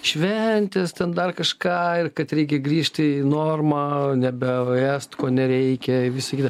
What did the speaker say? šventės ten dar kažką ir kad reikia grįžti į normą nebeėst ko nereikia visa kita